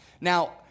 Now